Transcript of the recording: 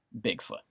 Bigfoot